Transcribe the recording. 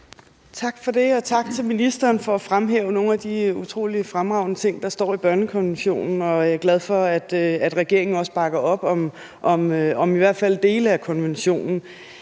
Tak for det, og tak til ministeren for at fremhæve nogle af de utrolig fremragende ting, der står i børnekonventionen. Jeg er glad for, at regeringen også bakker op om i hvert fald dele af konventionen.